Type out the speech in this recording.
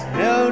no